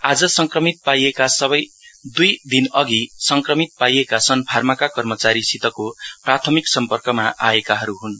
आज संक्रमित पाइएको सबै दूई दिनअघि संक्रमित पाइएका सन फार्माका कर्मचारीसितको प्रथामिक सम्पर्कमा आएकाहरु हन्